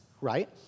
right